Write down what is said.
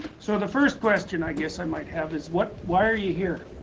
so the first question i guess i might have is, what, why are you here?